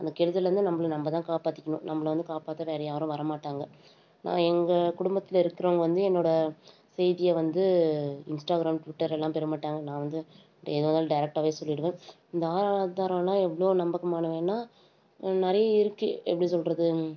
அந்த கெடுதல்லேருந்து நம்மள நம்ம தான் காப்பாத்திக்கணும் நம்மள வந்து காப்பாற்ற வேறு யாரும் வர மாட்டாங்க நான் எங்கள் குடும்பத்தில் இருக்கிறவங்க வந்து என்னோடய செய்தியை வந்து இன்ஸ்டாகிராம் ட்விட்டர் எல்லாம் பெற மாட்டாங்க நான் வந்து அப்படி எதா இருந்தாலும் டைரெக்டாவே சொல்லிவிடுவேன் இந்த ஆதாரோலாம் எவ்வளோ நம்பகமானவைன்னா நிறைய இருக்குது எப்படி சொல்கிறது